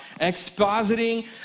expositing